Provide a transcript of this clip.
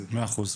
בנושא.